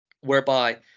whereby